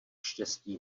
štěstí